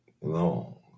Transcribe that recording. long